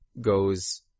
goes